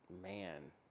man